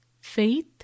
Faith